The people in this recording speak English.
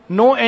no